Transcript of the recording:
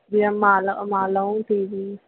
जीअं माला मालाऊं थी वियूं